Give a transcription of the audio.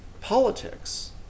politics